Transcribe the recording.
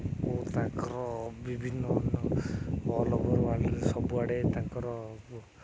ଓ ତାଙ୍କର ବିଭିନ୍ନ all over ୱାର୍ଲଡ଼ରେ ସବୁଆଡ଼େ ତାଙ୍କର